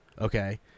Okay